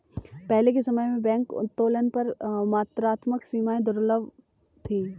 पहले के समय में बैंक उत्तोलन पर मात्रात्मक सीमाएं दुर्लभ थीं